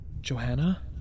Johanna